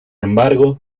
embargo